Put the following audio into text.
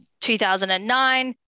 2009